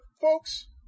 folks